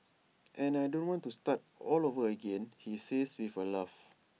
and I don't want to start all over again he says with A laugh